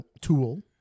tool